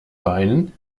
beinen